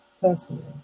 personally